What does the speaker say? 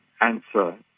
answer